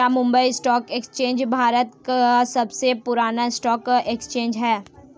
क्या मुंबई स्टॉक एक्सचेंज भारत का सबसे पुराना स्टॉक एक्सचेंज है?